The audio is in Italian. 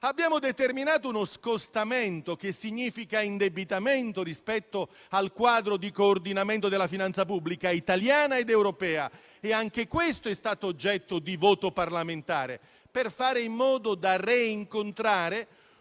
Abbiamo determinato uno scostamento, che significa indebitamento rispetto al quadro di coordinamento della finanza pubblica italiana ed europea, e anche questo è stato oggetto di voto parlamentare per fare in modo di rincontrare